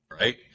right